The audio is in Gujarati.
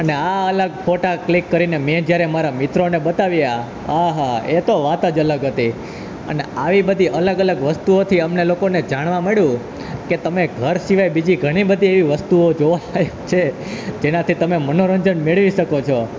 અને આ અલગ ફોટા ક્લિક કરીને મેં જ્યારે મારા મિત્રોને બતાવ્યા આહાહા એતો વાત જ અલગ હતી અને આવી બધી અલગ અલગ વસ્તુઓથી અમને લોકોને જાણવા મળ્યું કે તમે ઘર સિવાય બીજી ઘણી બધી એવી વસ્તુઓ જોવા લાયક છે જેનાથી તમે મનોરંજન મેળવી શકો છે